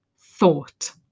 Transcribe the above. thought